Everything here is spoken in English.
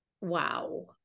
wow